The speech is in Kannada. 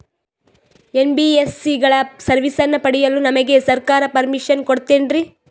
ಎನ್.ಬಿ.ಎಸ್.ಸಿ ಗಳ ಸರ್ವಿಸನ್ನ ಪಡಿಯಲು ನಮಗೆ ಸರ್ಕಾರ ಪರ್ಮಿಷನ್ ಕೊಡ್ತಾತೇನ್ರೀ?